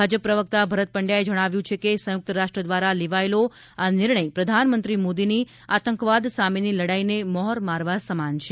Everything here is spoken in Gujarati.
ભાજપ પ્રવક્તા ભરત પંડ્યાએ જણાવ્યું છે કે સંયુક્ત રાષ્ટ્ર દ્વારા લેવાયેલો આ નિર્ણય પ્રધાનમંત્રી મોદીની આતંકવાદ સામેની લડાઇને મહોર મારવા સમાન છે